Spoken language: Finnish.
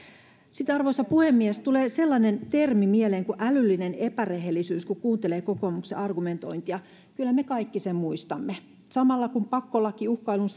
sitten arvoisa puhemies tulee sellainen termi mieleen kuin älyllinen epärehellisyys kun kuuntelee kokoomuksen argumentointia kyllä me kaikki sen muistamme että samalla kun pakkolakiuhkailun